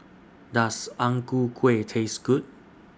Does Ang Ku Kueh Taste Good